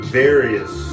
various